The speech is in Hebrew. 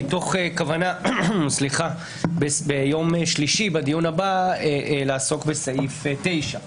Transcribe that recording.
מתוך כוונה בדיון הבא שיתקיים ביום שלישי לעסוק בסעיף 9,